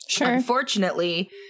Unfortunately